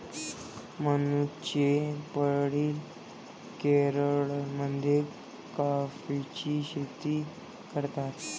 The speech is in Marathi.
मनूचे वडील केरळमध्ये कॉफीची शेती करतात